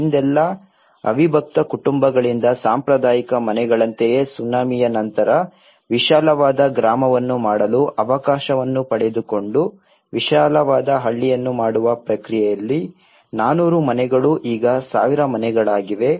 ಹಿಂದೆಲ್ಲ ಅವಿಭಕ್ತ ಕುಟುಂಬಗಳಿದ್ದ ಸಾಂಪ್ರದಾಯಿಕ ಮನೆಗಳಂತೆಯೇ ಸುನಾಮಿಯ ನಂತರ ವಿಶಾಲವಾದ ಗ್ರಾಮವನ್ನು ಮಾಡಲು ಅವಕಾಶವನ್ನು ಪಡೆದುಕೊಂಡು ವಿಶಾಲವಾದ ಹಳ್ಳಿಯನ್ನು ಮಾಡುವ ಪ್ರಕ್ರಿಯೆಯಲ್ಲಿ 400 ಮನೆಗಳು ಈಗ 1000 ಮನೆಗಳಾಗಿವೆ